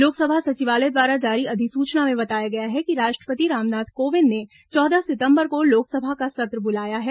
लोकसभा सचिवालय द्वारा जारी अधिसूचना में बताया गया है कि राष्ट्रपति रामनाथ कोविंद ने चौदह सितंबर को लोकसभा का सत्र बुलाया है